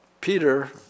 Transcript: Peter